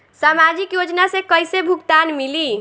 सामाजिक योजना से कइसे भुगतान मिली?